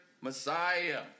Messiah